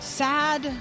sad